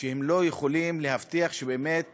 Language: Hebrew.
שהם לא יכולים להבטיח שבאמת